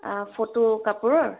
photo কাপোৰৰ